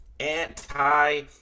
Anti